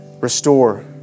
restore